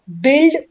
build